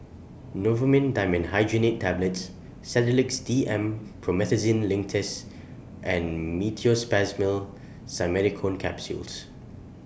Novomin Dimenhydrinate Tablets Sedilix D M Promethazine Linctus and Meteospasmyl Simeticone Capsules